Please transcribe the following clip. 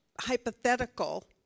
hypothetical